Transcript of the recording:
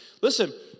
Listen